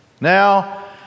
Now